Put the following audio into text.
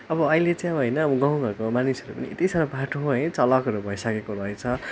अब अहिले चाहिँ होइन गाउँ घरको मानिसहरू पनि यति साह्रो बाठो है चलाकहरू भइसकेको रहेछ